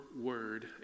word